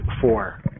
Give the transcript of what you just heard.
four